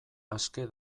aske